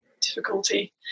difficulty